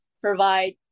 provide